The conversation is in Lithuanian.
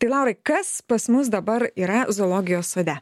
tai laurai kas pas mus dabar yra zoologijos sode